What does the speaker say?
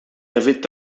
avait